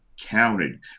counted